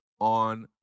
on